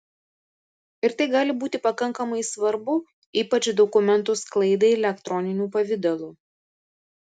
ir tai gali būti pakankamai svarbu ypač dokumentų sklaidai elektroniniu pavidalu